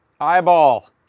eyeball